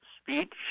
speech